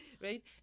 Right